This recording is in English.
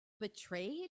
betrayed